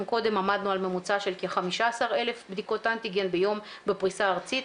אם קודם עמדנו על ממוצע של כ-15,000 בדיקות אנטיגן ביום בפריסה ארצית,